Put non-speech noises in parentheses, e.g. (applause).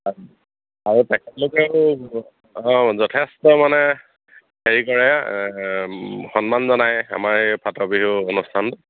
(unintelligible) আৰু তেখেতলোকেও অঁ যথেষ্ট মানে হেৰি কৰে সন্মান জনায় আমাৰ এই ফাটৰ বিহু অনুষ্ঠান